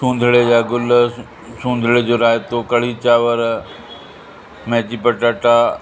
सुवाझिरे जा गुल सुवाझिरे जो रायतो कढ़ी चावर मेथी पटाटा